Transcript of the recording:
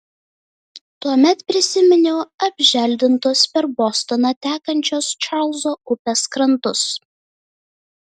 tuomet prisiminiau apželdintus per bostoną tekančios čarlzo upės krantus